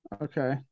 Okay